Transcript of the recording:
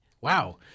Wow